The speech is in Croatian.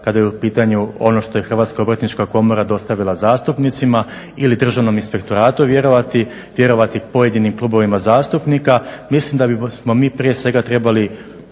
kada je u pitanju ono što je Hrvatska obrtnička komora dostavila zastupnicima ili Državnom inspektoratu vjerovati, vjerovati pojedinim klubovima zastupnika. Mislim da bismo mi prije svega trebali